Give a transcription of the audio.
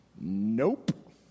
Nope